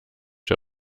der